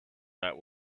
that